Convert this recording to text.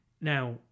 Now